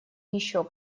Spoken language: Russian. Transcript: еще